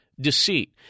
deceit